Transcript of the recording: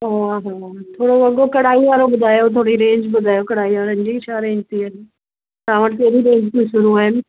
हा हा थोरो वॻो कढ़ाई वारो ॿुधायो थोरी रेंज ॿुधायो कढ़ाई वारनि जी छा रेंज थी हले तव्हां वटि कहिड़ी रेंज में शुरू आहिनि